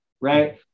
right